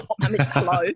hello